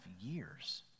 years